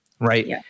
right